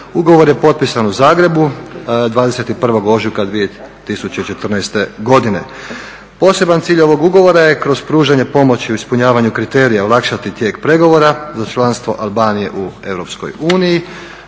Ugovor je potpisan u Zagrebu 21. ožujka 2014. godine. Poseban cilj ovog ugovora je kroz pružanje pomoći u ispunjavanju kriterija olakšati tijek pregovora za članstvo Albanije u EU,